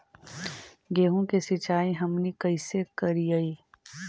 गेहूं के सिंचाई हमनि कैसे कारियय?